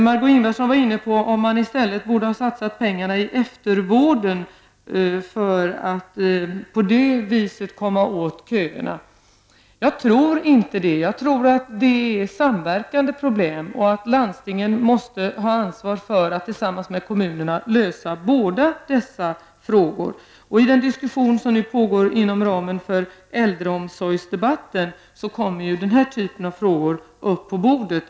Margö Ingvardsson var inne på att man i stället borde satsa pengarna på eftervården för att på det viset komma åt köerna. Jag tror inte det är rätt lösning. Jag tror att vi här har samverkande problem och att landstingen måste ha ansvar för att tillsammans med kommunerna lösa båda dessa problem. I den diskussion om äldreomsorgen som just nu pågår kommer denna typ av frågor upp på bordet.